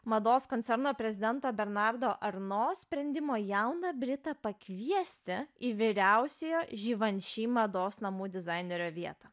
mados koncerno prezidento bernardo arnos sprendimo jauną britą pakviesti į vyriausiojo givenchy mados namų dizainerio vietą